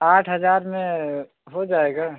आठ हज़ार में हो जाएगा